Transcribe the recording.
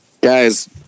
Guys